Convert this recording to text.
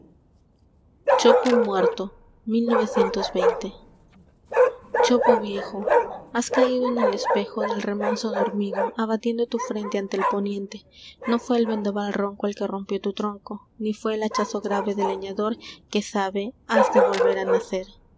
o viejo has caído en el espejo del remanso dormido abatiendo tu frente ante el poniente no fué el vendaval ronco el que rompió tu tronco ni fué el hachazo grave del leñador que sabe has de volver a nacer